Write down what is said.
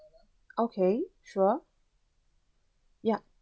okay sure yup